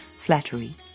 flattery